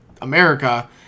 America